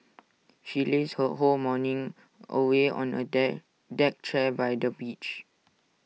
she lazed her whole morning away on A deck deck chair by the beach